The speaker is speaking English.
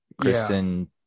Kristen